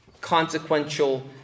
consequential